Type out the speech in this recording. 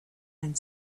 and